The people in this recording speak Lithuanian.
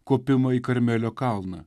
kopimą į karmelio kalną